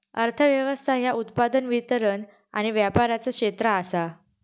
अर्थ व्यवस्था ह्या उत्पादन, वितरण आणि व्यापाराचा क्षेत्र आसा